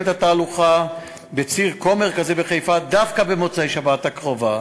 את התהלוכה בציר כה מרכזי בחיפה דווקא במוצאי שבת הקרובה.